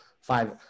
five